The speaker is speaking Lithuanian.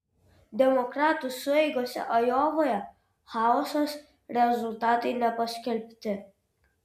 demokratų sueigose ajovoje chaosas rezultatai nepaskelbti